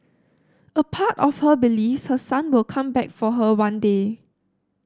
a part of her believes her son will come back for her one day